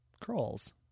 crawls